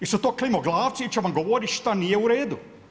Jesu to klimoglavci će vam govoriti šta nije u redu?